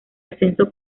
ascenso